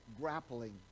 grappling